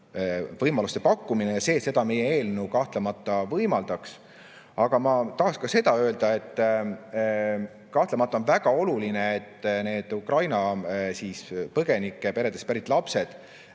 võimaluste pakkumine ja seda meie eelnõu kahtlemata võimaldaks. Aga ma tahan öelda ka seda, et kahtlemata on väga oluline, et need Ukraina põgenike peredest pärit lapsed